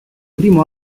primo